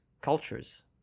cultures